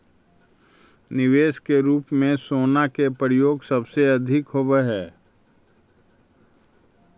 निवेश के रूप में सोना के प्रयोग सबसे अधिक होवऽ हई